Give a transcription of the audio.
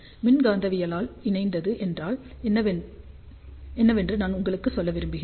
மின்காந்தவியலால் இணைந்தது என்றால் என்னவென்று நான் உங்களுக்கு சொல்ல விரும்புகிறேன்